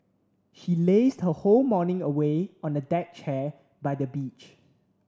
she lazed her whole morning away on a deck chair by the beach